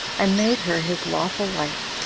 and made her his lawful wife,